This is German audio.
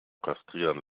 kastrieren